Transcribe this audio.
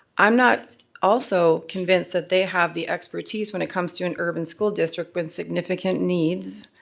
i'm not also convinced that they have the expertise when it comes to an urban school district with significant needs.